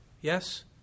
Yes